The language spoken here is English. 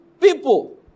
people